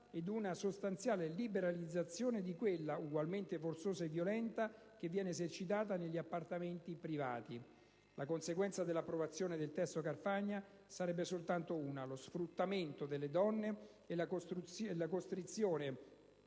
ed una sostanziale liberalizzazione di quella, ugualmente forzosa e violenta, che viene esercitata negli appartamenti privati. La conseguenza dell'approvazione del testo Carfagna sarebbe soltanto una: lo sfruttamento delle donne e la costrizione